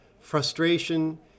frustration